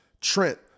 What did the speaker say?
Trent